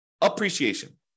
appreciation